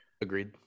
Agreed